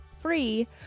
free